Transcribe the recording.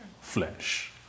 flesh